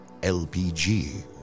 LPG